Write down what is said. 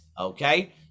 okay